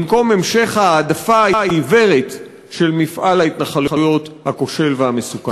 במקום המשך ההעדפה העיוורת של מפעל ההתנחלויות הכושל והמסוכן.